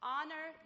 honor